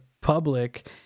public